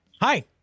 Hi